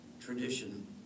tradition